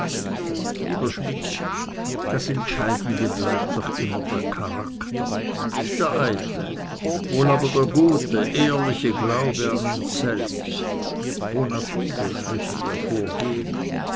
lieber schmidt das entscheidende bleibt doch immer der charakter nicht der eitle wohl aber der gute ehrliche glaube an uns selbst bona fide müssen wir vorgehen